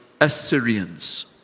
Assyrians